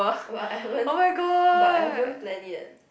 but i I haven't but I haven't plan yet